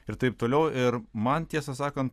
ir taip toliau ir man tiesą sakant